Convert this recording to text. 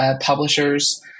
publishers